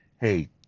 hey